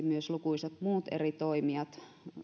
myös lukuisat muut eri toimijat